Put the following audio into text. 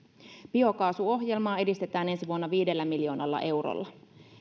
biokaasuohjelmaa edistetään ensi vuonna viidellä miljoonalla eurolla